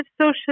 social